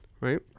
right